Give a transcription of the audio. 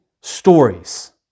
stories